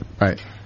Right